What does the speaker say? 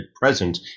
present